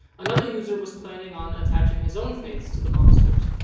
another user was planning on attaching his own face to the monster's.